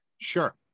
Sure